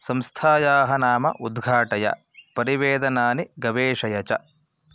संस्थायाः नाम उद्घाटय परिवेदनानि गवेषय च